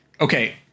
Okay